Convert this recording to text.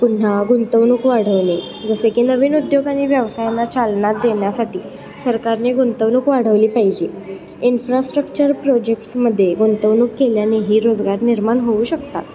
पुन्हा गुंतवणूक वाढवणे जसे की नवीन उद्योग आणि व्यवसायांना चालना देण्यासाठी सरकारने गुंतवणूक वाढवली पाहिजे इन्फ्रास्ट्रक्चर प्रोजेक्ट्समध्ये गुंतवणूक केल्यानेही रोजगार निर्माण होऊ शकतात